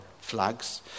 flags